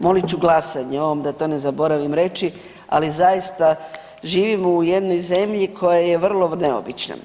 Molit ću glasanje o ovom da to ne zaboravim reći, ali zaista živimo u jednoj zemlji koja je vrlo neobična.